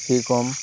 কি কম